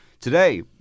Today